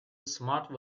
smart